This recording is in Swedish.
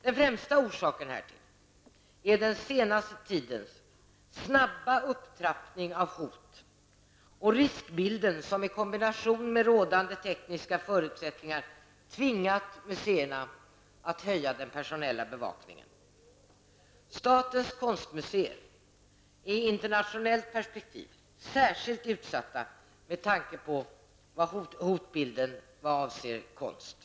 Den främsta orsaken härtill är den senaste tidens snabba upptrappning av hot och riskbilden som i kombination med rådande tekniska förutsättningar tvingat museerna att höja den personella bevakningen. Statens konstmuseer är i internationellt perspektiv särskilt utsatta med tanke på hotbilden i vad avser konst.